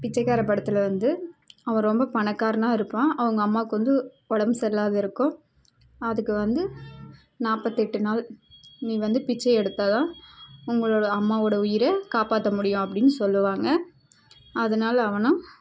பிச்சைக்காரன் படத்தில் வந்து அவன் ரொம்ப பணக்காரனாக இருப்பான் அவங்க அம்மாக்கு வந்து உடம்பு சரியில்லாத இருக்குது அதுக்கு வந்து நாற்பத்தெட்டு நாள் நீ வந்து பிச்சை எடுத்தால் தான் உங்களோடய அம்மாவோடய உயிரை காப்பாற்ற முடியும் அப்படின்னு சொல்லுவாங்க அதனால் அவனும்